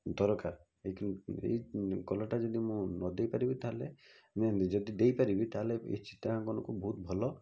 ଦରକାର ଏହି କଲର୍ଟା ଯଦି ମୁଁ ନଦେଇ ପାରିବି ତା'ହେଲେ ଯଦି ଦେଇପାରିବି ତା'ହେଲେ ଏହି ଚିତ୍ରାଙ୍କନକୁ ବହୁତ ଭଲ